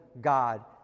God